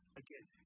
again